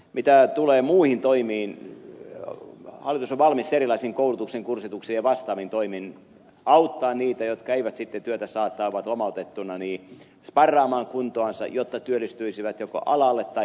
mitä tulee muihin toimiin hallitus on valmis erilaisin koulutuksin kurssituksin ja vastaavin toimin auttamaan niitä jotka eivät sitten työtä saa tai ovat lomautettuina sparraamaan kuntoansa jotta työllistyisivät joko alalle tai muualle